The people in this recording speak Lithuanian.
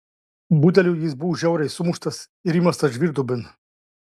budelių jis buvo žiauriai sumuštas ir įmestas žvyrduobėn